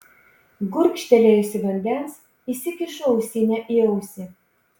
gurkštelėjusi vandens įsikišu ausinę į ausį